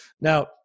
Now